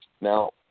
Now